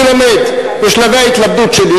אני לומד, בשלבי ההתלמדות שלי.